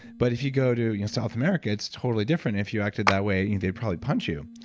but if you go to south america, it's totally different. if you acted that way, they'd probably punch you.